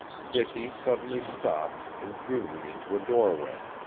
dicky suddenly stopped and drew me into a doorway.